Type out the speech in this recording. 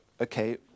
okay